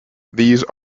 these